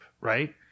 right